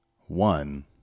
One